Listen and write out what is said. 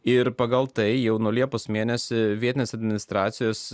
ir pagal tai jau nuo liepos mėnesį vietinės administracijos